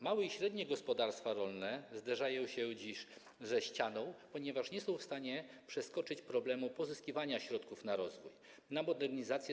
Małe i średnie gospodarstwa rolne zderzają się dziś ze ścianą, ponieważ nie są w stanie przeskoczyć problemu pozyskiwania środków na rozwój, na modernizację.